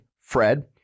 fred